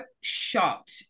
shocked